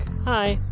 Hi